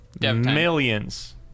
millions